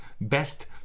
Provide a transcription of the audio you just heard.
best